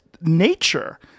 nature